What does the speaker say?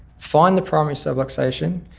find the primary subluxation,